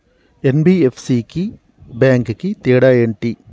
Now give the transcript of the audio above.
NBFC కి bank కి తేడా ఏంటి?